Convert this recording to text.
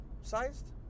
sized